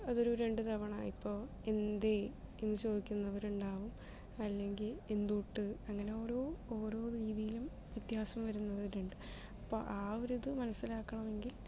അതൊരു രണ്ട് തവണ ഇപ്പോൾ എന്തേ എന്ന് ചോദിക്കുന്നവർ ഉണ്ടാകും അല്ലെങ്കിൽ എന്തൂട്ട് അങ്ങനെ ഓരോ ഓരോ രീതിയിലും വ്യത്യാസം വരുന്നവരുണ്ട് അപ്പോൾ ആ ഒരു ഇത് മനസ്സിലാക്കണമെങ്കിൽ